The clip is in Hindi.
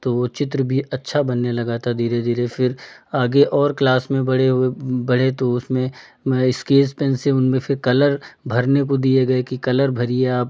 तो वो चित्र भी अच्छा बनने लगा था धीरे धीरे फिर आगे और क्लास में बड़े हुए बढ़े तो उसमें इस्केस पेन से उनमें फिर कलर भरने को दिए गए कि कलर भरिए आप